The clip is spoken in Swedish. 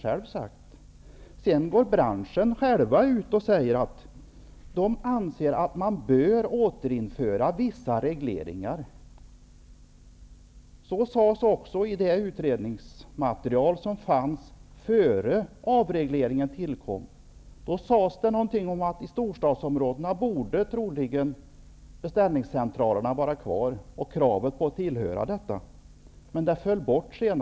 Också från branschen själv uttalar man att vissa regleringar bör återinföras. Detta sades också i det utredningsmaterial som fanns före beslutet om avregleringen. Där framhölls att kravet på anslutning till beställningscentral troligen borde behållas i storstadsområdena, men sedan föll detta bort.